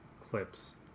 clips